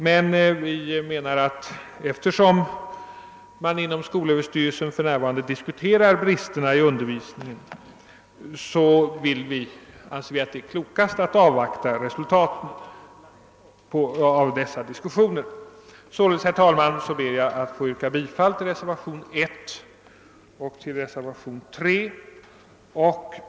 Vi menar att det, eftersom skolöverstyrelsen för närvarande diskuterar bristerna i undervisningen, är klokast att avvakta resultatet av dessa överläggningar. Herr talman! Jag ber således att få yrka bifall till reservationerna 1 och 3.